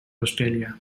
australia